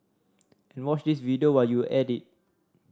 and watch this video while you're at it